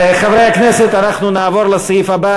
חברי הכנסת, אנחנו נעבור לסעיף הבא.